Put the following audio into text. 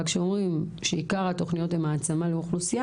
אבל כשאומרים שעיקר התוכניות הן העצמה לאוכלוסייה